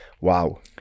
Wow